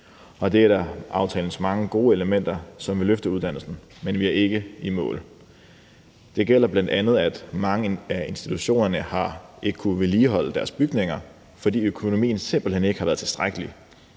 Det er et af aftalens mange gode elementer, som vil løfte uddannelsen, men vi er ikke i mål. Det gælder bl.a., at mange af institutionerne ikke har kunnet vedligeholde deres bygninger, fordi økonomien simpelt hen ikke har været tilstrækkelig.